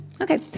Okay